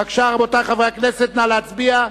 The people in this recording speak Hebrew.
בבקשה רבותי חברי הכנסת, נא להצביע.